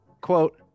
quote